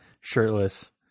shirtless